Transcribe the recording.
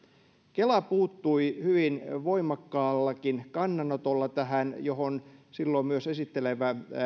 kela puuttui hyvin voimakkaallakin kannanotolla tähän johon silloin myös esittelevä